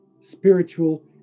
spiritual